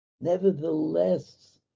Nevertheless